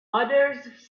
others